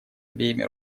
обеими